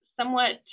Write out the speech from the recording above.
somewhat